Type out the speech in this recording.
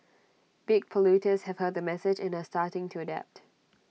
big polluters have heard the message and are starting to adapt